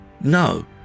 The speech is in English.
No